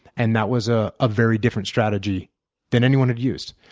and that was a ah very different strategy than anyone had used.